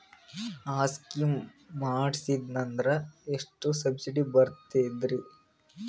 ಆ ಸ್ಕೀಮ ಮಾಡ್ಸೀದ್ನಂದರ ಎಷ್ಟ ಸಬ್ಸಿಡಿ ಬರ್ತಾದ್ರೀ?